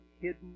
hidden